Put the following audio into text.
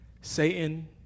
Satan